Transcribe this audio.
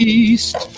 east